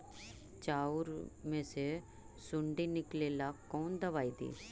चाउर में से सुंडी निकले ला कौन दवाई दी?